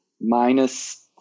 minus